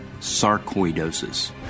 sarcoidosis